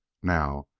now,